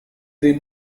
the